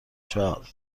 چهار